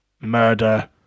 murder